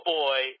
boy